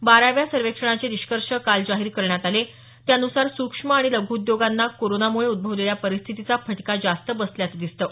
बाराव्या सर्वेक्षणाचे निष्कर्ष काल जाहीर करण्यात आले त्यानुसार सूक्ष्म आणि लघू उद्योगांना कोरोनामुळे उद्भवलेल्या परिस्थितीचा फटका जास्त बसल्याचं दिसतं